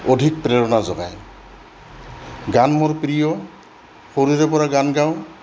অধিক প্ৰেৰণা যোগায় গান মোৰ প্ৰিয় সৰুৰে পৰা গান গাওঁ